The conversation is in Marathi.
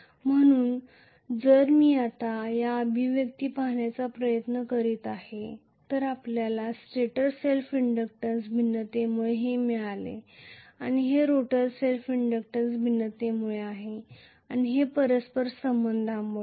म्हणून जर मी आता हा अभिव्यक्ती पाहण्याचा प्रयत्न करीत आहे तर आपल्याला स्टेटर सेल्फ इंडक्टन्स भिन्नतेमुळे हे मिळाले आणि हे रोटर सेल्फ इंडक्टन्स भिन्नतेमुळे आहे आणि हे परस्पर संबंधांमुळे आहे